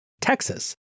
Texas